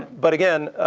but again,